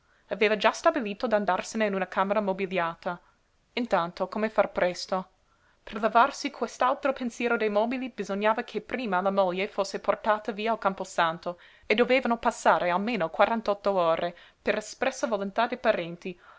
aveva già stabilito d'andarsene in una camera mobiliata intanto come far presto per levarsi quest'altro pensiero dei mobili bisognava che prima la moglie fosse portata via al camposanto e dovevano passare almeno quarantotto ore per espressa volontà dei parenti